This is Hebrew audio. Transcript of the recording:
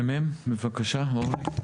ממ״מ, בבקשה, אורלי.